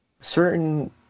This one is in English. Certain